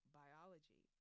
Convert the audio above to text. biology